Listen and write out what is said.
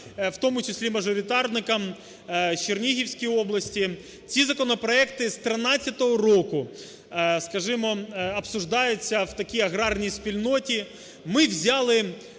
в тому числі мажоритарникам в Чернігівській області, ці законопроекти з 13-го року, скажімо, обсуждаются в такій аграрній спільноті. Ми взяли